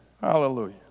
Hallelujah